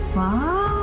wow!